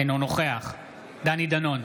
אינו נוכח דני דנון,